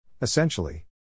essentially